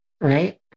Right